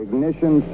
Ignition